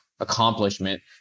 accomplishment